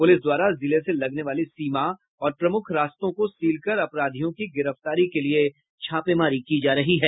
प्रलिस द्वारा जिले से लगने वाली सीमा और प्रमूख रास्तों को सील कर अपराधियों की गिरफ्तारी के लिये छापेमारी की जा रही है